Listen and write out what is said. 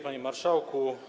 Panie Marszałku!